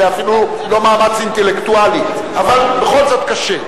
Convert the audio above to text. זה אפילו לא מאמץ אינטלקטואלי, אבל בכל זאת, קשה.